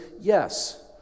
yes